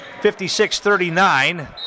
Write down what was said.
56-39